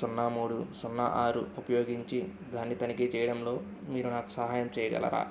సున్నా మూడు సున్నా ఆరు ఉపయోగించి దాన్ని తనిఖీ చెయ్యడంలో మీరు నాకు సహాయం చెయ్యగలరా